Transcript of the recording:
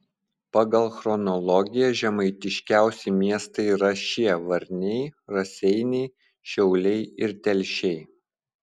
pagal chronologiją žemaitiškiausi miestai yra šie varniai raseiniai šiauliai ir telšiai